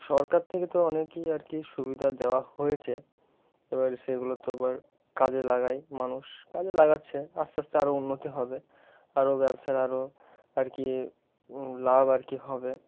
সরকার থেকে তো অনেকই আর কি সুবিধা দেওয়া হয়েছে এবার সেগুলো তো আবার কাজে লাগায় মানুষ কাজে লাগাচ্ছে আস্তে আস্তে আরও উন্নতি হবে আরও ব্যবসার আরও আর কি লাভ আর কি হবে